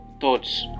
thoughts